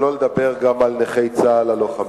שלא לדבר גם על נכי צה"ל הלוחמים.